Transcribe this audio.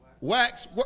wax